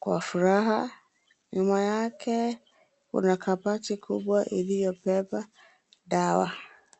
kwa furaha nyuma yake kuna kabati kubea iliyobeba dawa.